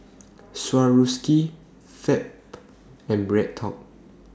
Swarovski Fab and BreadTalk